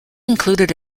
included